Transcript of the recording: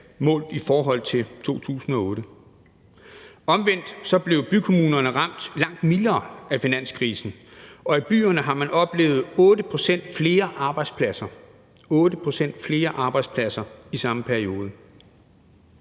målt i forhold til 2008. Omvendt blev bykommunerne ramt langt mildere af finanskrisen, og i byerne har man oplevet af få 8 pct. flere arbejdspladser i samme periode.